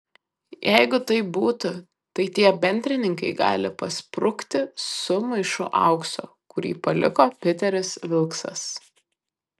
jeigu taip būtų tai tie bendrininkai gali pasprukti su maišu aukso kurį paliko piteris vilksas